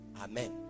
Amen